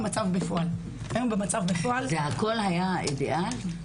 הכול היה אידיאל?